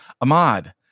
Ahmad